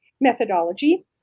methodology